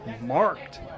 marked